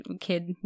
kid